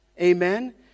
amen